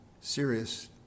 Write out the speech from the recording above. serious